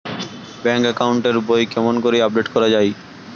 Bank account এর বই কেমন করি আপডেট করা য়ায়?